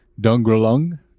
Dungrelung